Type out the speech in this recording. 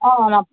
ஆ ஆமாம்